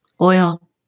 Oil